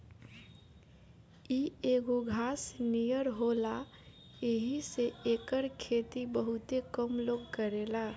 इ एगो घास नियर होला येही से एकर खेती बहुते कम लोग करेला